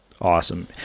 Awesome